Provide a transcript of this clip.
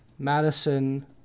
Madison